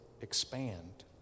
expand